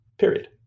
period